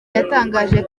yatangaje